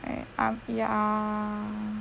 eh I'm ya